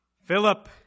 Philip